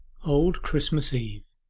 old christmas eve